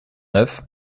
neuf